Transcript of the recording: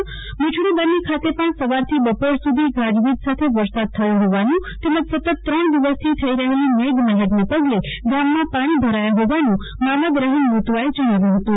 તો મીઠડી બન્ની ખાતે પણ સવારથી બપોર સુધી ગાજવીજ સાથે વરસાદ થયો હોવાનું તેમજ સતત ત્રણ દિવસથી થઈ રહેલ મેઘમહેરને પગલે ગામમા પાણી ભરાયા હોવાનું મામદ રહીમ મુતવાએ જણાવ્યુ હતું